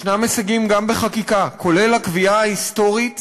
יש הישגים גם בחקיקה, כולל הקביעה ההיסטורית